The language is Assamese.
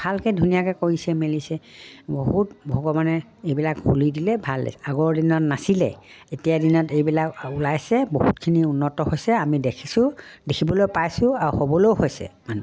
ভালকৈ ধুনীয়াকৈ কৰিছে মেলিছে বহুত ভগৱানে এইবিলাক খুলি দিলে ভাল আগৰ দিনত নাছিলে এতিয়া দিনত এইবিলাক ওলাইছে বহুতখিনি উন্নত হৈছে আমি দেখিছোঁ দেখিবলৈ পাইছোঁ আৰু সবলো হৈছে মানুহ